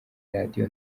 radio